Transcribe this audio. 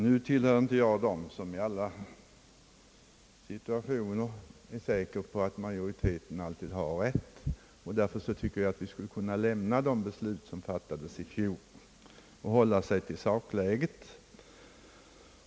Nu tillhör jag inte dem som i alla situationer är säker på att majoriteten har rätt! Därför tycker jag att vi skulle kunna lämna det beslut som fattades i fjol och hålla oss till sakläget.